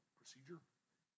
procedure